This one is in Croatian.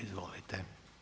Izvolite.